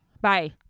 Bye